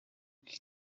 kwiga